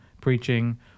preaching